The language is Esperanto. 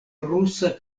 rusa